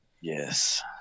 Yes